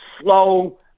slow